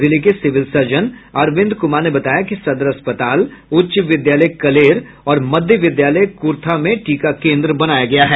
जिले के civil surgeon Arvind Kumar ने बताया कि सदर अस्पताल उच्च विद्यालय कलेर और मध्य विद्यालय कूर्था में टीका केन्द्र बनाये गये हैं